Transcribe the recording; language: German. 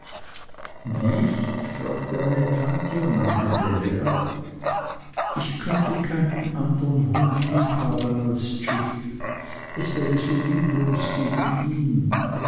nicht fragte meine tante und nahm die brille ab ich könnte keinen andern hund haben als jip es wäre so lieblos gegen ihn